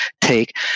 take